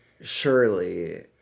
surely